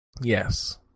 Yes